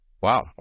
Wow